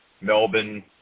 Melbourne